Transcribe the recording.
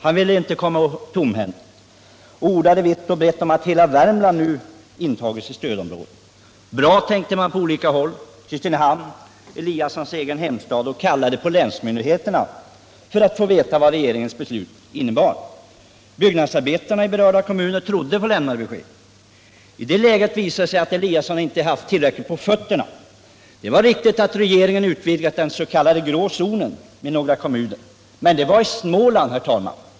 Han ville inte komma tomhänt och ordade vitt och brett om att hela Värmland nu hade intagits i stödområdet. Bra, tänkte man på olika håll, t.ex. i Kristinehamn, herr Eliassons egen hemstad. Man kallade på länsmyndigheterna för att få veta vad regeringens beslut innebar. Byggnadsarbetarna i berörda kommuner trodde på det lämnade beskedet. Det visade sig emellertid att herr Eliasson inte hade haft tillräckligt på fötterna. Det var riktigt att regeringen hade utvidgat den s.k. grå zonen med några kommuner, men de låg i Småland.